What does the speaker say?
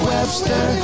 Webster